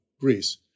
Greece